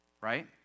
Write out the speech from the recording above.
right